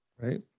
right